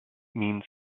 means